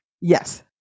yes